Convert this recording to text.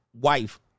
wife